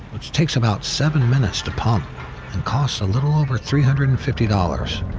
which takes about seven minutes to pump and costs a little over three hundred and fifty dollars.